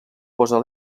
posa